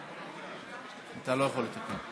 אתה לא יכול לתקן.